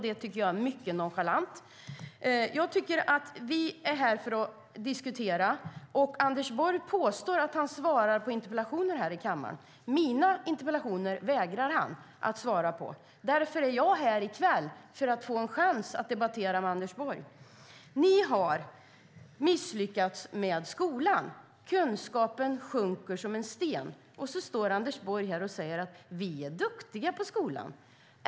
Det tycker jag är mycket nonchalant. Vi är här för att diskutera. Anders Borg påstår att han svarar på interpellationer här i kammaren. Mina interpellationer vägrar han att svara på. Därför är jag här i kväll, för att få en chans att debattera med Anders Borg. Ni har misslyckats med skolan. Kunskapen sjunker som en sten. Sedan står Anders Borg och säger: Vi är duktiga på skolan.